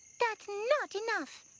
that's not enough!